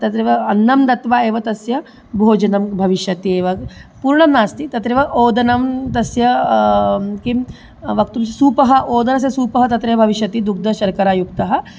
तत्रैव अन्नं दत्वा एव तस्य भोजनं भविष्यति एव पूर्णं नास्ति तत्रैव ओदनं तस्य किं वक्तुं स् सूपः ओदनस्य सूपः तत्रैव भविष्यति दुग्धशर्करायुक्तः